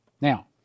Now